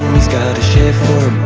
he's gotta shave